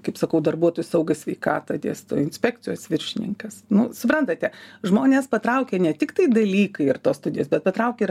kaip sakau darbuotojų saugą sveikatą dėsto inspekcijos viršininkas nu suprantate žmonės patraukia ne tik tai dalykai ir tos studijos bet patraukia ir